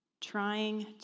trying